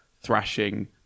thrashing